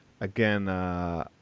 again